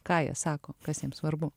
ką jie sako kas jiem svarbu